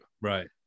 Right